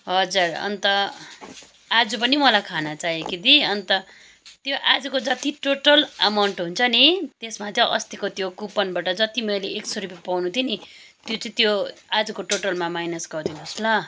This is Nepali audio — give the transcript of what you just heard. हजुर अन्त आज पनि मलाई खाना चाहियो कि दी अन्त त्यो आजको जति टोटल एमाउन्ट हुन्छ नि त्यसमा चाहिँ अस्तिको त्यो कुपनबट जति मैले एक सौ रुपियाँ पाउनु थियो नि त्यो चाहिँ त्यो आजको टोटलमा माइनस गरिदिनुहोस् ल